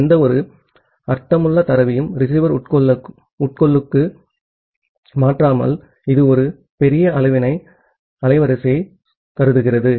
எந்தவொரு அர்த்தமுள்ள தரவையும் ரிசீவர் உட்கொள்ளலுக்கு மாற்றாமல் இது ஒரு பெரிய அளவிலான அலைவரிசையை கருதுகிறது